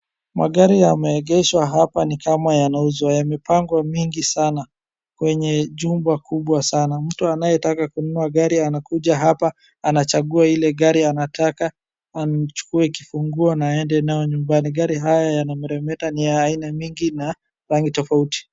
Magari yemeegeshwa hapa ni kama yanauzwa. Yamepangwa mingi sana kwenye jumba kubwa sana. Mtu anayetaka kununua gari anakuja hapa, anachagua ile gari anataka, achukue kifunguo na aende nayo nyumbani. Gari haya yanameremeta, ni ya aina mingi na, rangi tofauti.